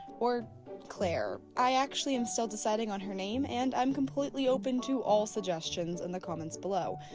or claire? i actually am still deciding on her name and i'm completely open to all suggestions in the comments below.